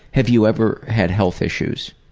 have you ever had health issues?